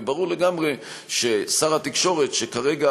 וברור לגמרי ששר התקשורת,